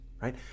right